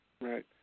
Right